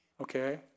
okay